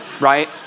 Right